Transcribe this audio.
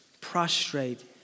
prostrate